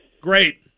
Great